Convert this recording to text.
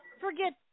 forget